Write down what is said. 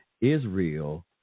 Israel